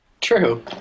True